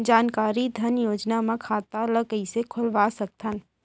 जानकारी धन योजना म खाता ल कइसे खोलवा सकथन?